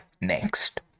next